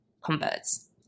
converts